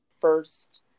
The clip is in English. first